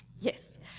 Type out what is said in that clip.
yes